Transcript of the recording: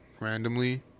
randomly